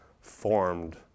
formed